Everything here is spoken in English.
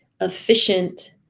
efficient